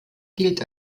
gilt